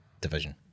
division